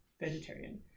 Vegetarian